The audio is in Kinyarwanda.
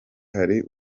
hari